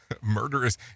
murderous